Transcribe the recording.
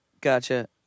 Gotcha